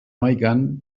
hamaikan